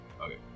Okay